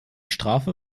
strafe